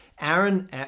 Aaron